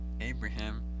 Abraham